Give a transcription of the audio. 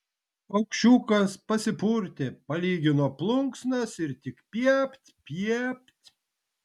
paukščiukas pasipurtė palygino plunksnas ir tik piept piept